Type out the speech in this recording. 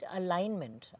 alignment